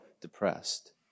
depressed